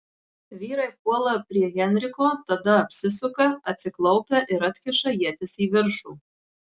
vyrai puola prie henriko tada apsisuka atsiklaupia ir atkiša ietis į viršų